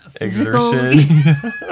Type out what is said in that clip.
exertion